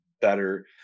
better